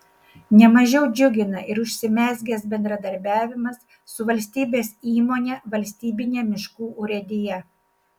ne mažiau džiugina ir užsimezgęs bendradarbiavimas su valstybės įmone valstybine miškų urėdija